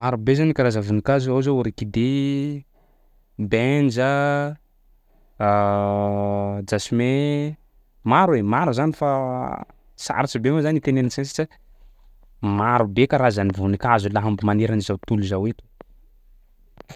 Marobe zany karaza voninkazo ao zao orchidée, benja, jasmin, maro e maro zany fa sarotsy be moa zany itenenantsika azy satsia marobe karazany voninkazo laha mbo maneran'izao tontolo zao eto.